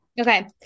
okay